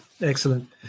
excellent